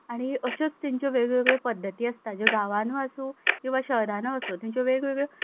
आनी अश्योच तांच्यो वेगळ्योवेगळ्यो पद्दती आसता ज्यो गांवांनू आसूं किंवां शहरांनू आसूं तांच्यो वेगवेगळ्यो